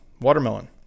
watermelon